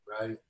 right